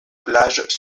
plages